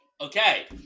Okay